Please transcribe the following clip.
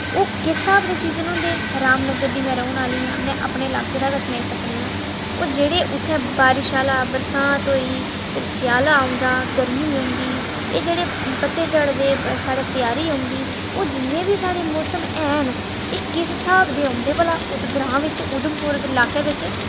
ओह् किस स्हाब दे सीजन होंदे रामनगर दी में रौंह्ने आह्ली आं में अपने लाके दा गै सनाई सकनी आं ओह् जेह्ड़े उत्थै बारिश आह्ला बरसांत होई सेआला औंदा गरमी औंदी एह् जेह्ड़े पत्ते झड़दे साढ़ै सेआरी औंदी होर जिन्ने बी साढ़े मौसम हैन एह् किस स्हाब दे होंदे भलां उस ग्रां बिच्च उधमपुर दे लाके बिच्च